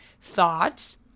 thoughts